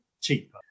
cheaper